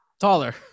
taller